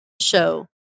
show